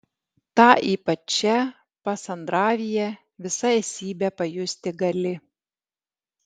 tą ypač čia pasandravyje visa esybe pajusti gali